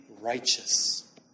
righteous